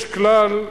יש כלל,